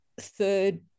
third